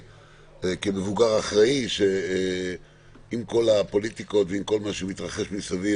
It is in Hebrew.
כמבוגר אחראי שעם כל הפוליטיקות ועם כל מה שמתרחש מסביב,